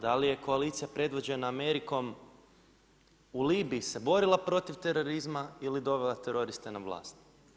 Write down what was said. Da li je koalicija predvođena Amerikom u Libiji se borila protiv terorizma ili dovela teroriste na vlast?